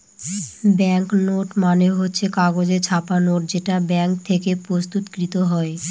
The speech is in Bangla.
ব্যাঙ্ক নোট মানে হচ্ছে কাগজে ছাপা নোট যেটা ব্যাঙ্ক থেকে প্রস্তুত কৃত হয়